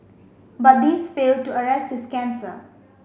but these failed to arrest his cancer